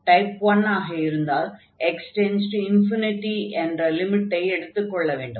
type 1 ஆக இருந்தால் x→∞ என்ற லிமிட் எடுத்துக் கொள்ள வேண்டும்